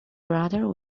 brother